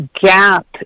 gap